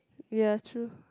ya true